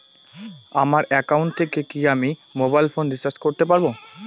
আমার একাউন্ট থেকে কি আমি মোবাইল ফোন রিসার্চ করতে পারবো?